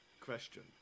Question